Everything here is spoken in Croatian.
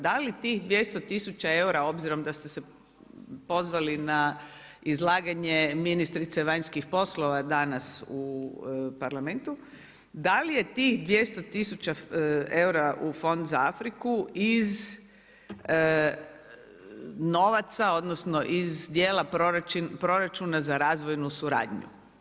Da li tih 200 tisuća eura obzirom da ste se pozvali na izlaganje ministrice vanjskih poslova danas u Parlamentu, da li je tih 200 tisuća eura u fond za Afriku iz novaca, odnosno iz dijela proračuna za razvojnu suradnju?